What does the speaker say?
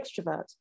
extrovert